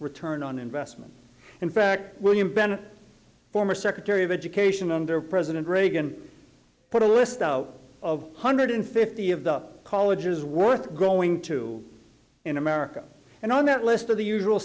return on investment in fact william bennett former secretary of education under president reagan put a list out of hundred fifty of the colleges worth going to in america and on that list of the usual